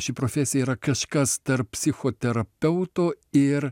ši profesija yra kažkas tarp psichoterapeuto ir